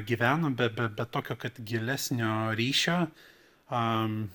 gyvenom bet bet bet tokio kad gilesnio ryšio a